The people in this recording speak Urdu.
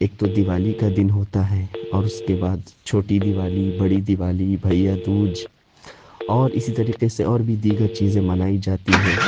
ایک تو دیوالی کا دن ہوتا ہے اور اس کے بعد چھوٹی دیوالی بڑی دیوالی بھیا دوج اور اسی طریقے سے اور بھی دیگر چیزیں منائی جاتی ہیں